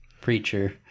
preacher